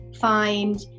find